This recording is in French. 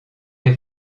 les